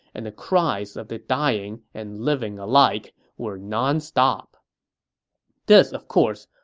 and the cries of the dying and living alike were nonstop this, of course,